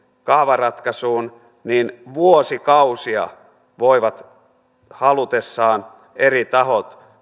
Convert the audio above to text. kaavaratkaisuun niin vuosikausia voivat halutessaan eri tahot